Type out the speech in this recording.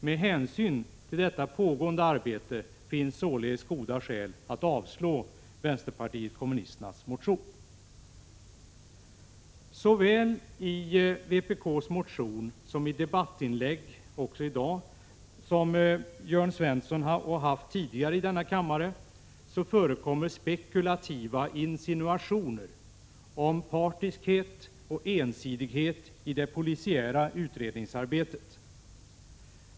Med hänsyn till detta pågående arbete finns således goda skäl att avslå vänsterpartiet kommunisternas motion. Såväl i vpk:s motion som i debattinlägg av Jörn Svensson både i dag och tidigare i denna kammare förekommer spekulativa insinuationer om partiskhet och ensidighet i det polisiära utredningsarbetet.